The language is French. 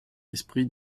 l’esprit